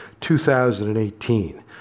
2018